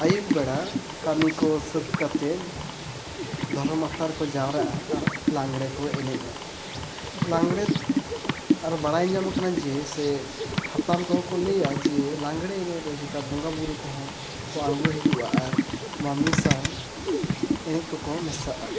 ᱟᱹᱭᱩᱵ ᱵᱮᱲᱟ ᱠᱟᱹᱢᱤ ᱠᱚ ᱥᱟᱹᱛ ᱠᱟᱛᱮᱫ ᱫᱷᱚᱨᱚᱢ ᱟᱠᱷᱲᱟ ᱨᱮᱠᱚ ᱡᱟᱣᱨᱟᱜᱼᱟ ᱟᱨ ᱞᱟᱜᱽᱲᱮ ᱠᱚ ᱮᱱᱮᱡᱟ ᱞᱟᱜᱽᱲᱮ ᱟᱨ ᱵᱟᱲᱟᱭ ᱧᱟᱢ ᱟᱠᱟᱱᱟ ᱡᱮ ᱥᱮ ᱦᱟᱯᱲᱟᱢ ᱠᱚᱦᱚᱸ ᱠᱚ ᱞᱟᱹᱭᱟ ᱡᱮ ᱞᱟᱜᱽᱲᱮ ᱮᱱᱮᱡ ᱨᱮᱫᱚ ᱪᱮᱛᱟ ᱵᱚᱸᱜᱟᱼᱵᱩᱨᱩ ᱠᱚᱦᱚᱸ ᱠᱚ ᱟᱬᱜᱚ ᱦᱤᱡᱩᱜᱼᱟ ᱟᱨ ᱢᱟᱹᱱᱢᱤ ᱥᱟᱶ ᱮᱱᱮᱡ ᱠᱚᱠᱚ ᱢᱮᱥᱟᱜᱼᱟ